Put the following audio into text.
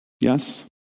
Yes